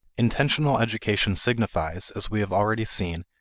intentional education signifies, as we have already seen,